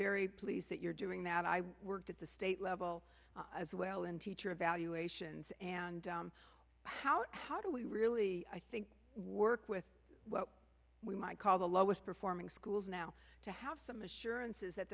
very pleased that you're doing that i work at the state level as well in teacher evaluations and how how do we really i think work with what we might call the lowest performing schools now to have some assurances that